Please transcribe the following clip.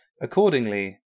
Accordingly